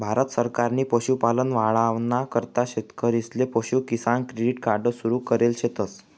भारत सरकारनी पशुपालन वाढावाना करता शेतकरीसले पशु किसान क्रेडिट कार्ड सुरु करेल शेतस